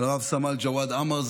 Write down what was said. רב-סמל ג'ואד עאמר,